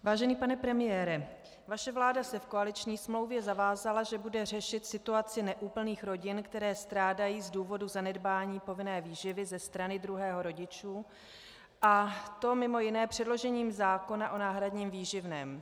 Vážený pane premiére, vaše vláda se v koaliční smlouvě zavázala, že bude řešit situaci neúplných rodin, které strádají z důvodu zanedbání povinné výživy ze strany druhého rodiče, a to mimo jiné předložením zákona o náhradním výživném.